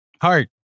Heart